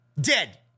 Dead